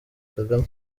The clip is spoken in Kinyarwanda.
kagame